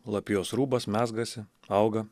lapijos rūbas mezgasi auga